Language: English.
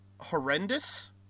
horrendous